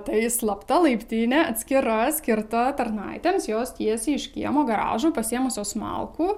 tai slapta laiptinė atskira skirta tarnaitėms jos tiesiai iš kiemo garažų pasiėmusios malkų